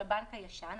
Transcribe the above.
כן,